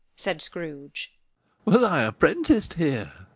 said scrooge. was i apprenticed here!